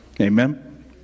Amen